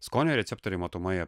skonio receptoriai matomoje